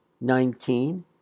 Nineteen